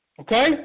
Okay